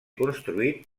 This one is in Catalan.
construït